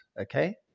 Okay